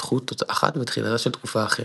התפתחות אחת ותחילתה של תקופה אחרת.